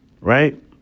right